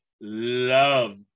love